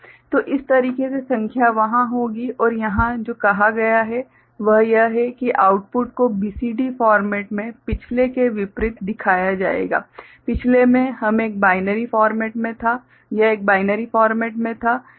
तो इस तरीके से संख्या वहां होगी और यहां जो कहा गया है वह यह है कि आउटपुट को BCD फॉर्मेट में पिछले के विपरीत दिखाया जाएगा पिछले मे यह एक बाइनरी फॉर्मेट मे था